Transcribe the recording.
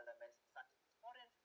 such as foreign